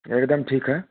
एकदम ठीक है